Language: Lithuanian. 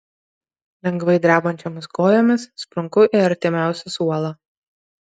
lengvai drebančiomis kojomis sprunku į artimiausią suolą